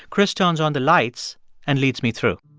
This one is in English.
chris turns on the lights and leads me through.